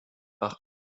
par